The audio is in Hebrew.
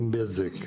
עם בזק,